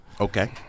Okay